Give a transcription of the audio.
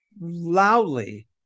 loudly